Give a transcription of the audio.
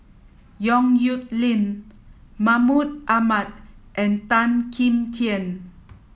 Yong Nyuk Lin Mahmud Ahmad and Tan Kim Tian